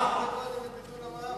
תקפת קודם את ביטול המע"מ.